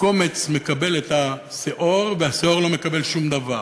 הקומץ מקבל את השאור והשאור לא מקבל שום דבר.